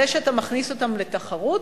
זה שאתה מכניס אותם לתחרות,